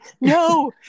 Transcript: no